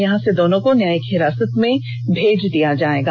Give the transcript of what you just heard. यहां से दोनों को न्यायिक हिरासत में भेज दिया जाएगा